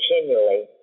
continually